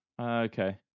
Okay